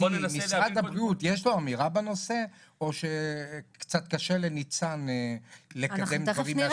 משרד הבריאות יש לו אמירה בנושא או שקצת קשה לניצן לקדם דברים?